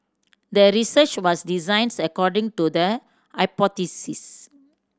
the research was designs according to the